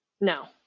No